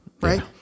Right